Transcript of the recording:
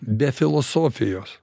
be filosofijos